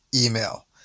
email